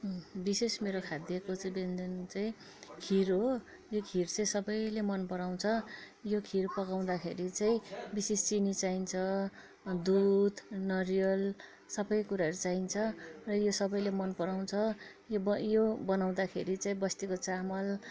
विशेष मेरो खाद्यको चाहिँ व्यान्जन चाहिँ खिर हो यो खिर चाहिँ सबैले मन पराउँछ यो खिर पकाउँदा खेरि चाहिँ विशेष चिनी चाहिन्छ दुध नरिवल सबै कुराहरू चाहिन्छ र यो सबैले मन पराउँछ यो ब यो बनाउँदाखेरि चाहिँ बस्तीको चामल